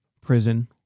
prison